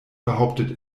behauptet